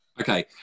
Okay